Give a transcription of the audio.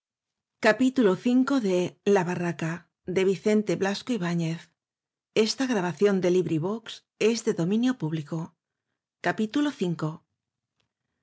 la barraca de